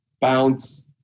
bounce